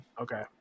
Okay